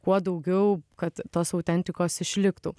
kuo daugiau kad tos autentikos išliktų